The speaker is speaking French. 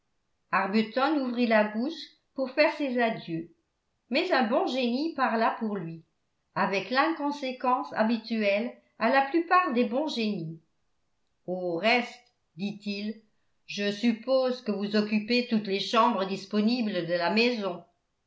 arbuton ouvrit la bouche pour faire ses adieux mais un bon génie parla pour lui avec l'inconséquence habituelle à la plupart des bons génies au reste dit-il je suppose que vous occupez toutes les chambres disponibles de la maison